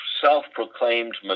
self-proclaimed